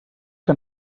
que